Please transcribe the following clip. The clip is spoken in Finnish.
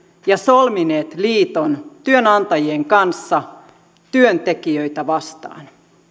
ja solmineet liiton työnantajien kanssa työntekijöitä vastaan